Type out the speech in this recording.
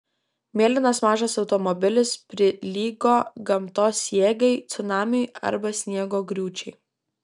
mėlynas mažas automobilis prilygo gamtos jėgai cunamiui arba sniego griūčiai